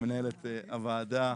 מנהלת הוועדה.